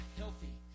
healthy